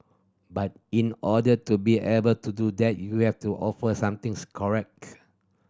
but in order to be able to do that you have to offer something